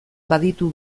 baditu